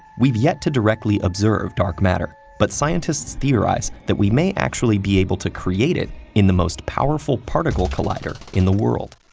we've yet to directly observe dark matter, but scientists theorize that we may actually be able to create it in the most powerful particle collider in the world.